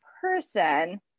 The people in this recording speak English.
person